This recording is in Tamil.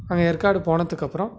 அங்கே ஏற்காடு போனதுக்கப்புறம்